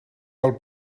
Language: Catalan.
del